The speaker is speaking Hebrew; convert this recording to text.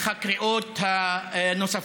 בקריאות הנוספות.